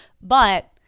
but-